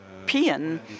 European